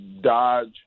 dodge